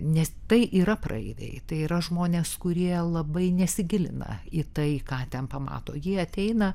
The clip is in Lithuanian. nes tai yra praeiviai tai yra žmonės kurie labai nesigilina į tai ką ten pamato jie ateina